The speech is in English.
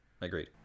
Agreed